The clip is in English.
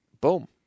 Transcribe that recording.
boom